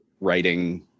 writing